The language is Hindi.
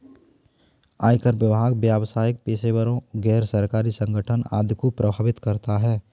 आयकर विभाग व्यावसायिक पेशेवरों, गैर सरकारी संगठन आदि को प्रभावित करता है